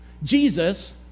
Jesus